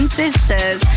sisters